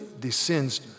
descends